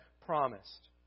promised